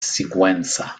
sigüenza